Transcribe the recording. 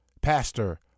Pastor